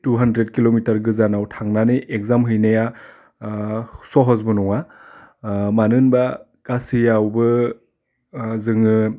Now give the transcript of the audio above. two hundred kilometre गोजानाव थांनानै exam हैनायाव सहसबो नङा मानो होनबा गासैयावबो जोङो